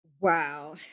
Wow